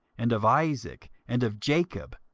and of isaac, and of jacob,